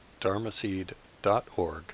dharmaseed.org